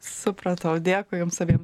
supratau dėkuj jums abiems